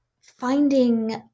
finding